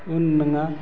उन नङा